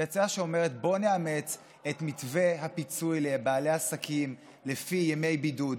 היא הצעה שאומרת: בוא נאמץ את מתווה הפיצוי לבעלי עסקים לפי ימי בידוד,